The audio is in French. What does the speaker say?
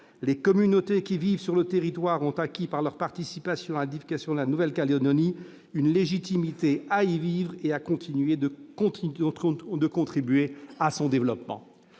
Les communautés qui vivent sur le territoire ont acquis, par leur participation à l'édification de la Nouvelle-Calédonie, une légitimité à y vivre et à continuer de contribuer à son développement.